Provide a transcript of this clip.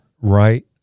right